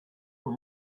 for